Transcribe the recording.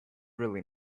really